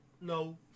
no